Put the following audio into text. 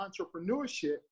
entrepreneurship